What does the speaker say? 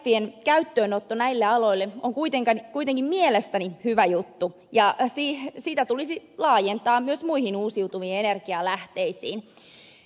syöttötariffien käyttöönotto näille aloille on kuitenkin mielestäni hyvä juttu ja sitä tulisi laajentaa myös muihin uusiutuviin energialähteisiin